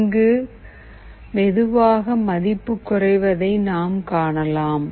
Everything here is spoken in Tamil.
இங்கு மெதுவாக மதிப்பு குறைவதை நாம் காணலாம்